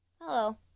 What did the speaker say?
Hello